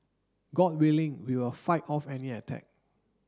god willing we will fight off any attack